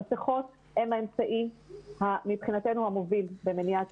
המסכות הן האמצעי המוביל במניעת